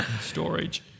storage